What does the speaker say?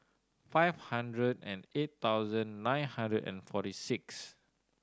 five hundred and eight thousand nine hundred and forty six